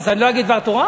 אז אני לא אגיד דבר תורה?